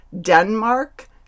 Denmark